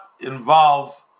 involve